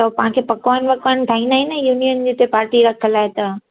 त तव्हांखे पकवान वकवान ठाहींदा आहिनि न युनियन जी हिते पार्टी रखियलि आहे त